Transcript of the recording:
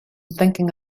thinking